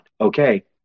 Okay